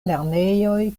lernejoj